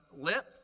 lip